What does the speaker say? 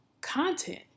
content